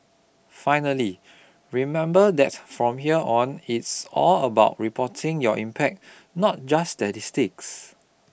finally remember that from here on it's all about reporting your impact not just statistics